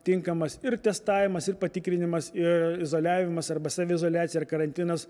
tinkamas ir testavimas ir patikrinimas ir izoliavimas arba saviizoliacija karantinas